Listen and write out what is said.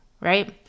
right